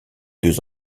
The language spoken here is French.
deux